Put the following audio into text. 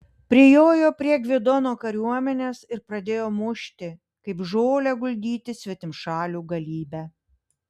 prijojo prie gvidono kariuomenės ir pradėjo mušti kaip žolę guldyti svetimšalių galybę